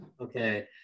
Okay